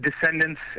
descendants